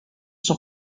sont